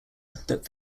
that